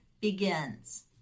begins